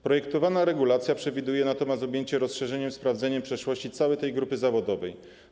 Projektowana regulacja przewiduje natomiast objęcie rozszerzonym sprawdzeniem przeszłości całej tej grupy zawodowej.